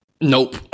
nope